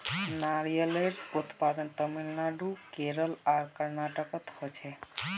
नारियलेर उत्पादन तामिलनाडू केरल आर कर्नाटकोत होछे